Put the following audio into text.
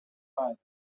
light